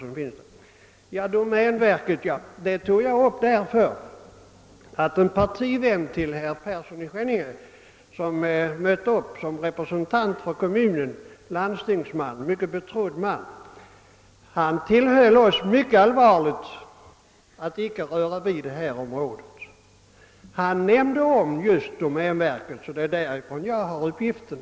Vad sedan domänverket beträffar tog jag upp den saken därför att en partivän till herr Persson i Skänninge som mött upp som representant för kommunen — han är landstingsman och mycket betrodd — allvarligt tillhöll oss att inte röra vid det område det här gäller. Det var han som talade om domänverket och det är från honom jag har den uppgiften.